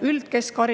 üldkeskhariduse